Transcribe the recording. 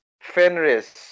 Fenris